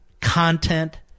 content